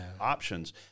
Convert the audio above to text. options